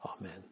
Amen